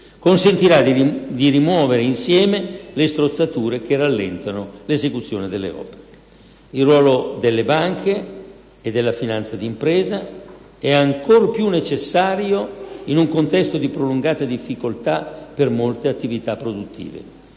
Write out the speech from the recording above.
consentirà di rimuovere, insieme, le strozzature che rallentano l'esecuzione delle opere. Il ruolo delle banche e della finanza di impresa è ancor più necessario in un contesto di prolungata difficoltà per molte attività produttive.